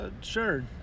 Sure